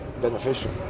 beneficial